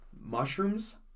mushrooms